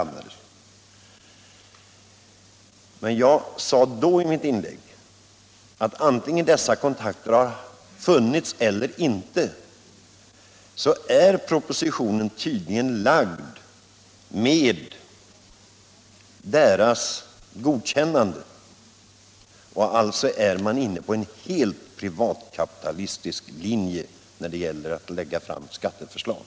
Sänkning av den Jag sade i mitt inlägg att oavsett om dessa kontakter tagits eller inte = statliga inkomst så är propositionen tydligen lagd med godkännande från detta håll. Alltså — skatten, m.m. är regeringen inne på en helt privatkapitalistisk linje när det gäller att lägga fram skatteförslag.